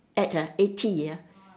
at a A T uh